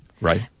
Right